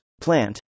Plant